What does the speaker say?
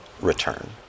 return